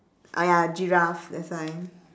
ah ya giraffe that's why